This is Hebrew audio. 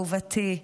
אהובתי,